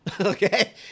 Okay